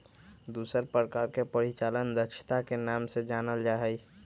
दूसर प्रकार के परिचालन दक्षता के नाम से जानल जा हई